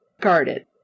guarded